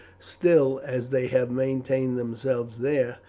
still, as they have maintained themselves there,